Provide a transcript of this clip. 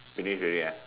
finish already ah